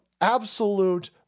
absolute